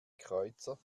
kreuzer